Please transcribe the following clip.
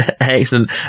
Excellent